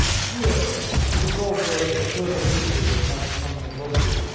and here it involves ah a further feature of much continental philosophy,